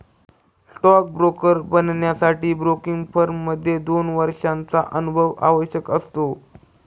stock broker बनण्यासाठी broking firm मध्ये दोन वर्षांचा अनुभव आवश्यक असतो